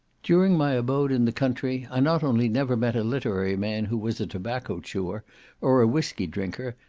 during my abode in the country i not only never met a literary man who was a tobacco chewer or a whiskey drinker,